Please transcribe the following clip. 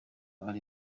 ari